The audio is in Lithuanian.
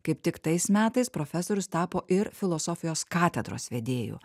kaip tik tais metais profesorius tapo ir filosofijos katedros vedėju